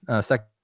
second